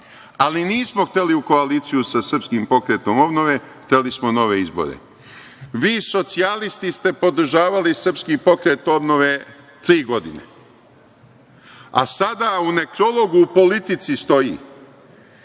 ali nismo hteli u koaliciju sa Srpskim pokretom obnove, hteli smo nove izbore. Vi socijalisti ste podržavali Srpski pokret obnove tri godine, a sada u nekrologu u „Politici“ stoji,